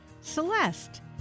Celeste